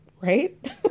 right